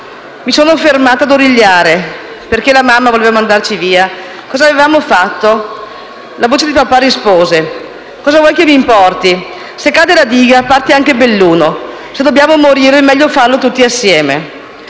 Mi sono fermata a origliare. Perché la mamma voleva mandarci via? Cosa avevamo fatto? La voce di papà rispose: "Cosa vuoi che mi importi? Se cade la diga, parte anche Belluno; se dobbiamo morire, meglio farlo tutti insieme".